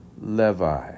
Levi